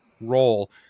role